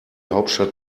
hauptstadt